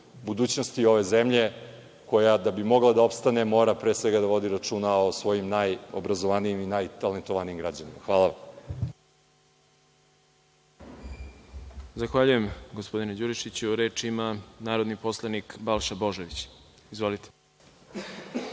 budućnosti ove zemlje koja da bi mogla da opstane mora da pre svega vodi računa o svojim najobrazovanijim i najtalentovanijim građanima. Hvala. **Đorđe Milićević** Zahvaljujem gospodine Đurišiću. Reč ima narodni poslanik Balša Božović. Izvolite.